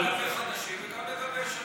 אז אני שואל גם לגבי חדשים וגם לגבי ישנים.